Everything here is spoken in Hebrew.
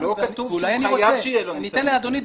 לא כתוב שהוא חייב שיהיה לו ניסיון עסקי,